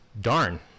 darn